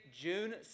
June